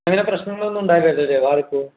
അങ്ങനെ പ്രശ്നങ്ങളൊന്നും ഉണ്ടാവില്ലല്ലേ വാടിയപ്പോൾ